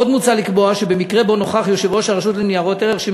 עוד מוצע לקבוע שבמקרה שיושב-ראש הרשות לניירות ערך נוכח